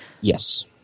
Yes